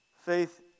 Faith